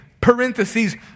parentheses